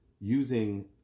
using